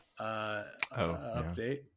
Update